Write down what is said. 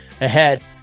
ahead